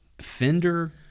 Fender